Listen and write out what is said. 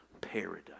paradise